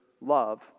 love